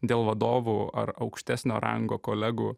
dėl vadovų ar aukštesnio rango kolegų